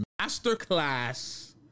masterclass